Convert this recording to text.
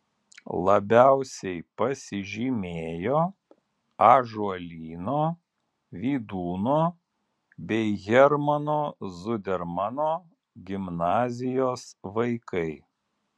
labiausiai pasižymėjo ąžuolyno vydūno bei hermano zudermano gimnazijos vaikai